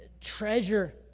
treasure